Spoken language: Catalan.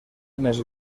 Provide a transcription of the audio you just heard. més